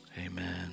amen